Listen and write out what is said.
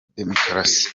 demokarasi